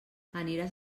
aniràs